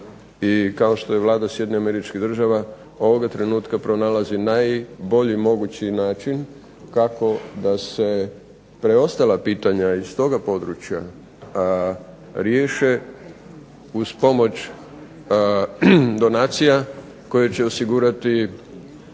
i kao što je Vlada Sjedinjenih Američkih Država, ovoga trenutka pronalazi najbolji mogući način kako da se preostala pitanja iz toga područja riješe uz pomoć donacija koje će osigurati